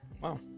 Wow